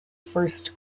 first